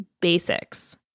basics